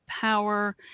power